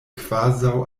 kvazaŭ